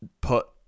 put